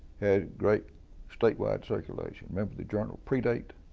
had great statewide circulation. remember the journal predate?